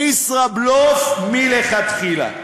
ישראבלוף מלכתחילה.